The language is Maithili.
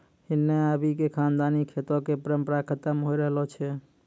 हिन्ने आबि क खानदानी खेतो कॅ परम्परा खतम होय रहलो छै